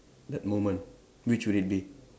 that moment which would it be